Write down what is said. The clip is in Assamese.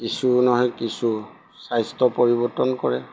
কিছু নহয় কিছু স্বাস্থ্য পৰিৱৰ্তন কৰে